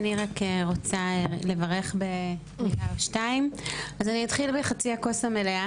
אני רק לברך במילה או שתיים: אז אני אתחיל בחצי הכוס המלאה